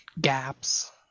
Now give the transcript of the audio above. gaps